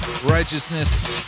Righteousness